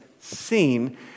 seen